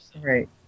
Right